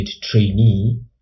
trainee